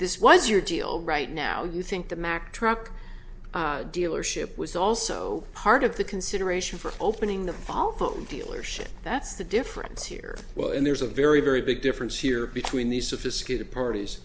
this was your deal right now do you think the mack truck dealership was also part of the consideration for opening the falconi dealership that's the difference here well and there's a very very big difference here between these sophisticated parties